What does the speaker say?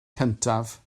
cyntaf